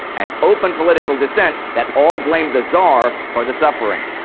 and open political dissent that all blamed the tsar for the suffering.